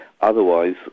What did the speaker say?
Otherwise